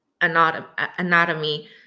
anatomy